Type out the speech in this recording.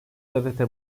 gazete